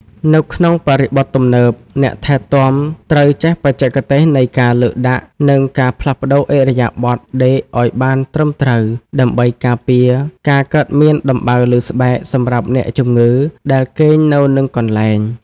នៅក្នុងបរិបទទំនើប អ្នកថែទាំត្រូវចេះបច្ចេកទេសនៃការលើកដាក់ និងការផ្លាស់ប្តូរឥរិយាបថដេកឱ្យបានត្រឹមត្រូវ ដើម្បីការពារការកើតមានដំបៅលើស្បែកសម្រាប់អ្នកជំងឺដែលគេងនៅនឹងកន្លែង។